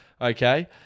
Okay